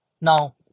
Now